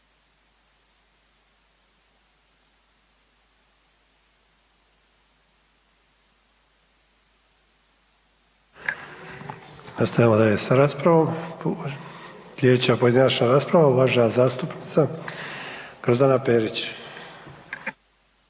Nastavljamo dalje sa raspravom. Sljedeća pojedinačna rasprava, uvažena zastupnica Grozdana Perić.